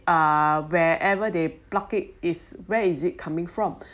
uh wherever they plug it is where is it coming from